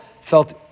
felt